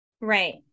Right